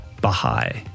Baha'i